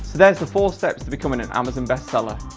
there is the four steps to becoming an amazon best-seller.